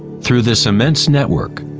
through this immense network,